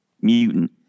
mutant